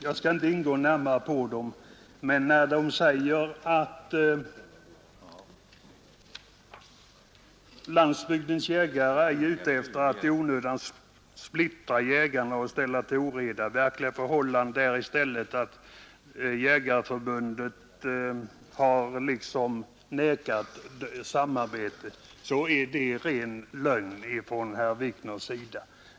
Jag skall inte gå närmare in på den, men jag vill säga att det påstående herr Wikner gör — att Landsbygdens jägare ej är ute efter att i onödan splittra jägarna och ställa till oreda, utan att det verkliga förhållandet i stället är att Svenska jägareförbundet har vägrat samarbete — är en ren lögn.